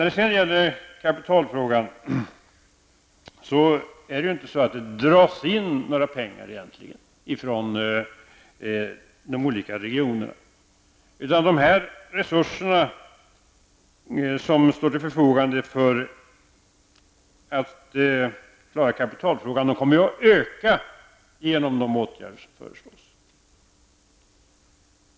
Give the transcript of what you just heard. Det är inte så att det egentligen dras in några pengar från de olika regionerna. De resurser som står till förfogande för att klara behovet av kapital kommer i stället att öka genom de åtgärder som föreslås.